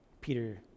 Peter